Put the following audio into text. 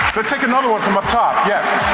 let's take another one from up top, yes.